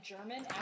German